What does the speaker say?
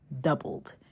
doubled